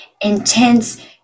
intense